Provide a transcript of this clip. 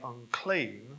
unclean